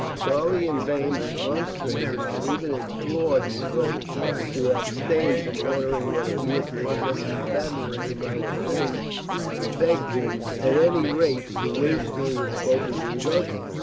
charlie in vain remonstrated, and even implored the clerk to abstain from ordering what appeared to him such a fabulous amount of things and begged him, at any rate, to wait until he had spoken to his uncle.